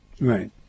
Right